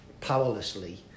powerlessly